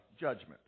judgment